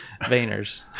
Vayners